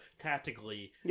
tactically